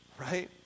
Right